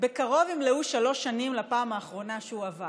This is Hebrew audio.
בקרוב ימלאו שלוש שנים לפעם האחרונה שהוא עבר.